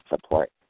support